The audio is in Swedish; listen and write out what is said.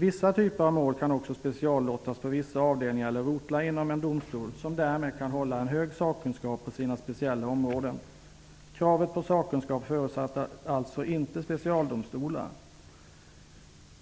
Vissa typer av mål kan också speciallottas på vissa avdelningar eller rotlar inom en domstol som därmed kan hålla en hög sakkunskap på sina speciella områden. Kravet på sakkunskap förutsätter alltså inte specialdomstolar.